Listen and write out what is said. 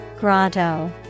Grotto